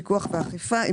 פיקוח ואכיפה.